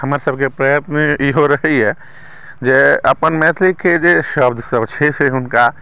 हमर सभहक प्रयत्न इहो रहैया जे अपन मैथिलीके जे शब्द सभ छै से हुनका